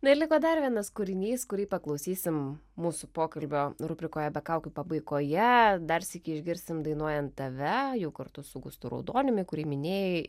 na ir liko dar vienas kūrinys kurį paklausysim mūsų pokalbio rubrikoje be kaukių pabaigoje dar sykį išgirsim dainuojant tave jau kartu su gustu raudoniumi kurį minėjai